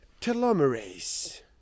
telomerase